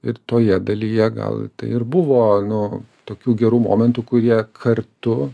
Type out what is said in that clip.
ir toje dalyje gal tai ir buvo nu tokių gerų momentų kurie kartu